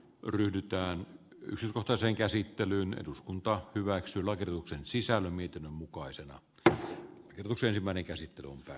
gryndaa yksin kotoiseen käsittelyyn eduskunta hyväksyi lakituksen sisällä miten mukaisen b virus eli värikäsitteluutta